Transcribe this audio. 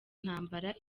ntambara